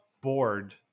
bored